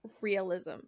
realism